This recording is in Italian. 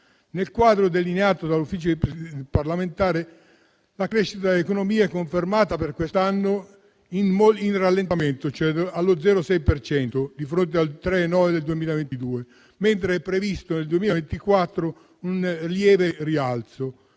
Nel quadro delineato dall'Ufficio parlamentare di bilancio, la crescita dell'economia è confermata per quest'anno in rallentamento, vale a dire allo 0,6 per cento, a fronte del 3,9 del 2022, mentre è previsto nel 2024 un lieve rialzo,